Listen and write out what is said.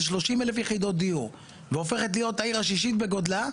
30 אלף יחידות דיור והופכת להיות העיר השישית בגודלה,